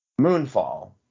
Moonfall